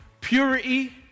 Purity